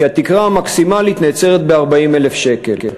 כי התקרה המקסימלית נעצרת ב-40,000 שקל.